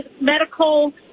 medical